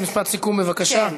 אז משפט סיכום, בבקשה.